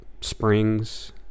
springs